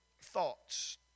thoughts